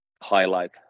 highlight